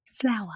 Flower